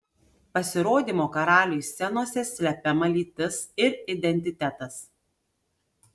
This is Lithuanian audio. pasirodymo karaliui scenose slepiama lytis ir identitetas